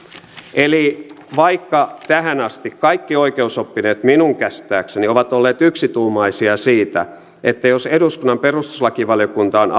eli vaikka tähän asti kaikki oikeusoppineet minun käsittääkseni ovat olleet yksituumaisia siitä että jos eduskunnan perustuslakivaliokunta on